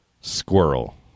squirrel